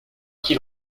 qu’il